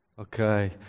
Okay